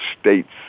states